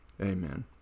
Amen